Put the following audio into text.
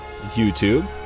youtube